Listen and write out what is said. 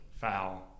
Foul